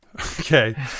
Okay